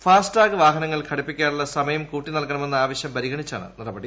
fast tag വാഹനങ്ങളിൽ ഘടിപ്പിക്കാനുള്ള സമയം കൂട്ടി നൽകണമെന്ന ആവശ്യം പരിഗണിച്ചാണ് നടപടി